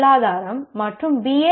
பொருளாதாரம் மற்றும் பி